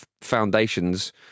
foundations